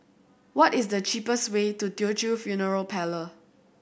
what is the cheapest way to Teochew Funeral Parlour